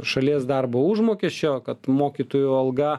šalies darbo užmokesčio kad mokytojų alga